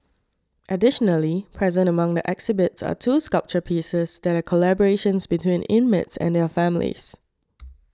additionally present among the exhibits are two sculpture pieces that are collaborations between inmates and their families